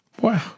Wow